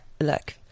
Look